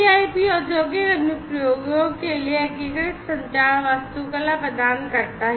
CIP औद्योगिक अनुप्रयोगों के लिए एकीकृत संचार वास्तुकला प्रदान करता है